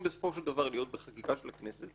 בסופו של דבר להיות בחקיקה של הכנסת.